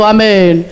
Amen